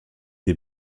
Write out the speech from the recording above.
des